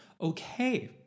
Okay